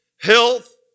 health